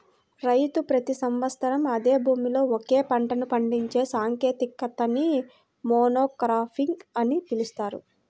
రైతు ప్రతి సంవత్సరం అదే భూమిలో ఒకే పంటను పండించే సాంకేతికతని మోనోక్రాపింగ్ అని పిలుస్తారు